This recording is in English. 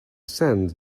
sand